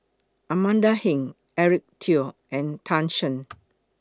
Amanda Heng Eric Teo and Tan Shen